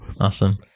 awesome